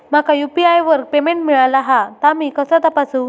माका यू.पी.आय वर पेमेंट मिळाला हा ता मी कसा तपासू?